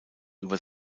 über